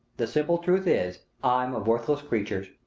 the simple truth is, i'm a worthless creature.